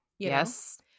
Yes